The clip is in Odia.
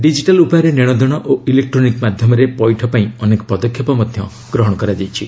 ଡିଜିଟାଲ୍ ଉପାୟରେ ନେଶଦେଶ ଓ ଇଲେକ୍ଟ୍ରୋନିକ୍ ମାଧ୍ୟମରେ ପୈଠ ପାଇଁ ଅନେକ ପଦକ୍ଷେପ ଗ୍ରହଣ କରାଯାଇଛି